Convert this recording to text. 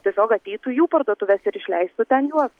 tiesiog ateitų į jų parduotuves ir išleistų ten juos